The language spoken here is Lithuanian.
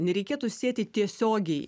nereikėtų sieti tiesiogiai